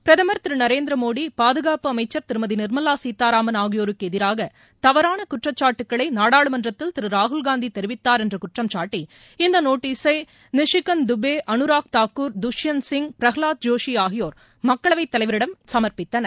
பிரதுமர் திரு நரேந்திரமோடி பாதுகாப்பு அமைச்சர் திருமதி நிர்மலா சீத்தாராமன் ஆகியோருக்கு எதிராக தவறான குற்றச்சாட்டுக்களை நாடாளுமன்றத்தில் திரு ராகுல் காந்தி தெரிவித்தார் என்று குற்றம் சாட்டி இந்த நோட்டீசை நிசிகாந்த் துபே அனுராக் தாக்கூர் துஷ்பந்த் சிங் பிரகவாத் ஜோஷி ஆகியோர் மக்களவைத் தலைவரிடம் இந்த நோட்டீசை சமர்ப்பித்தனர்